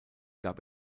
gab